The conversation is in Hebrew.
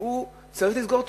שהוא צריך לסגור תיק?